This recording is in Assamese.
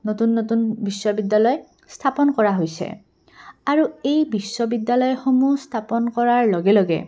নতুন নতুন বিশ্ববিদ্যালয় স্থাপন কৰা হৈছে আৰু এই বিশ্ববিদ্যালয়সমূহ স্থাপন কৰাৰ লগে লগে